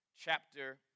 chapter